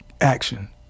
Action